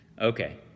Okay